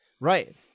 right